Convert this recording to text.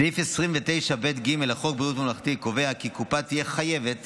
סעיף 29ב(ג) לחוק ביטוח בריאות ממלכתי קובע כי קופה תהיה חייבת